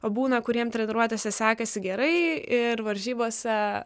o būna kuriem treniruotėse sekasi gerai ir varžybose